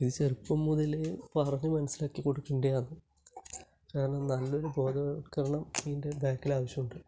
ഇത് ചെറുപ്പം മുതൽ പറഞ്ഞു മനസിലാക്കി കൊടുക്കേണ്ടതാണ് കാരണം നല്ല ഒരു ബോധവല്ക്കരണം ഇതിൻ്റെ ബാക്കിൽ ആവശ്യമുണ്ട്